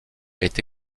est